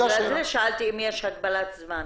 בגלל זה שאלתי אם יש הגבלת זמן.